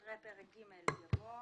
התשע"ח-2018 אחרי פרק ג' יבוא: